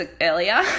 earlier